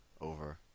over